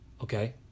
Okay